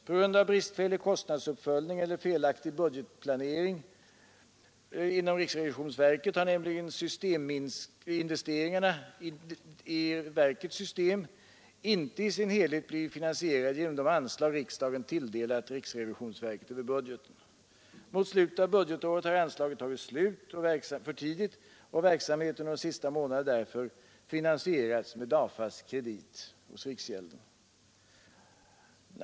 På grund av bristfällig kostnadsuppföljning eller felaktig budgetplanering inom riksrevisionsverket har nämligen systeminvesteringarna i verkets system inte i sin helhet blivit finansierade genom de anslag riksdagen tilldelat riksrevisionsverket över budgeten. Mot slutet av budgetåret har anslaget tagit slut för tidigt, och verksamheten under de senaste månaderna har därför finansierats med DAFA:s riksgäldskredit.